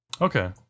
Okay